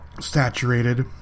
Saturated